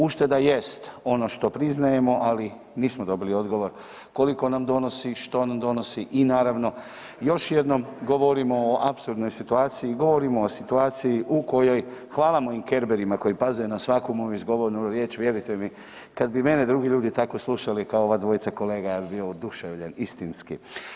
Ušteda jest ono što priznajemo, ali nismo dobili odgovor koliko nam donosi, što nam donosi i naravno još jednom govorimo o apsurdnoj situaciji, govorimo o situaciji u kojoj, hvala mojim kerberima koji paze na svaku moju izgovorenu riječ, vjerujte mi kad bi mene drugi ljudi tako slušali kao ova dvojica kolega ja bi bio oduševljen istinski.